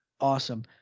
awesome